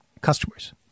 customers